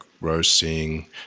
roasting